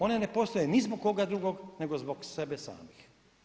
One ne postaje ni zbog koga drugog, nego zbog sebe samih.